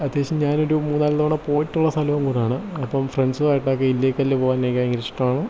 അത്യാവശ്യം ഞാനൊരു മൂന്ന് നാല് തവണ പോയിട്ടുള്ള സ്ഥലവും കൂടിയാണ് അപ്പം ഫ്രണ്ട്സുമായിട്ടൊക്കെ ഇല്ലിക്കല്ല് പോകാനൊക്കെ എനിക്ക് ഭയങ്കര ഇഷ്ടമാണ്